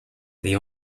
the